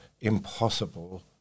impossible